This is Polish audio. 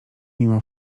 mimo